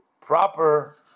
proper